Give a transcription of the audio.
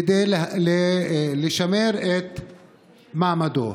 כדי לשמר את מעמדו.